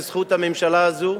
בזכות הממשלה הזאת,